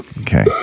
okay